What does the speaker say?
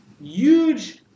huge